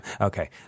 Okay